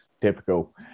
Typical